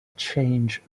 change